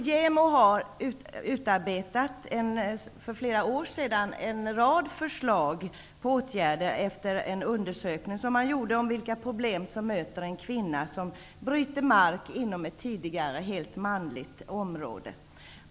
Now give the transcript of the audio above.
JämO utarbetade för flera år sedan en rad förslag till åtgärder efter en undersökning som man gjorde om vilka problem som möter en kvinna som bryter mark på ett tidigare helt manligt område.